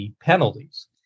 penalties